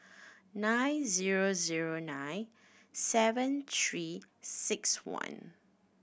nine zero zero nine seven Three Six One